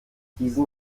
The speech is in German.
diesen